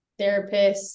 therapists